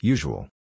Usual